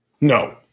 No